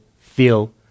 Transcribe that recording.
feel